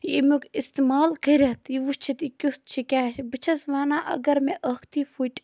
ییٚمیُک اِستعمال کٔرِتھ یہِ وٕچھِتھ یہِ کِیُتھ چھُ کیاہ چھُ بہٕ چھس وَنان اگر مےٚ ٲکھتی فٕٹۍ